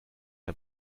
der